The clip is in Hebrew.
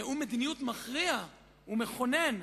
נאום מדיניות מכריע ומכונן,